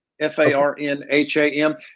F-A-R-N-H-A-M